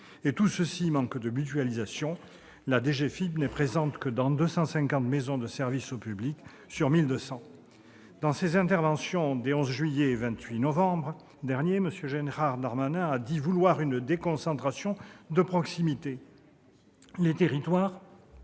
ou plus -et de mutualisation : la DGFiP n'est présente que dans 250 maisons de services au public sur 1 200. Dans ses interventions des 11 juillet et 28 novembre derniers, M. Gérald Darmanin a dit vouloir une « déconcentration de proximité ». Les territoires,